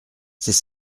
c’est